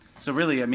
so really, i mean